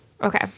Okay